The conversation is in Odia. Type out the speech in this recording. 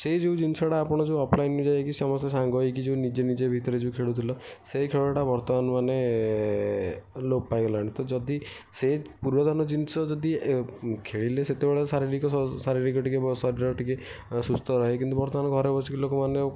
ସେ ଯେଉଁ ଜିନିଷଟା ଆପଣ ଯେଉଁ ଅଫ୍ଲାଇନ୍ ଯାଇକି ସମସ୍ତେ ସାଙ୍ଗ ହୋଇକି ଯେଉଁ ନିଜ ନିଜ ଭିତରେ ଯେଉଁ ଖେଳୁଥିଲେ ସେ ଖେଳଟା ବର୍ତ୍ତମାନ ମାନେ ଲୋପ ପାଇଗଲାଣି ତ ଯଦି ସେ ପୂର୍ବତନ ଜିନିଷ ଯଦି ଖେଳିଲେ ସେତେବେଳେ ଶାରୀରିକ ଶାରୀରିକ ଟିକେ ଶରୀର ଟିକେ ସୁସ୍ଥ ରହେ କିନ୍ତୁ ବର୍ତ୍ତମାନ ଘରେ ବସିକି ଲୋକମାନେ